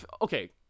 okay